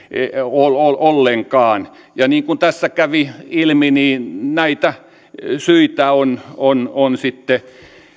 ollenkaan ja niin kuin tässä kävi ilmi näitä syitä on on sitten